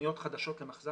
תוכניות חדשות למחז"מים.